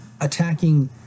attacking